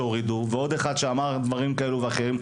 שהורידו ועוד אחד שאמר דברים כאלו ואחרים,